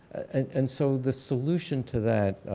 and so the solution to that